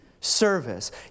service